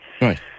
Right